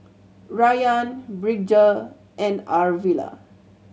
Rayan Bridger and Arvilla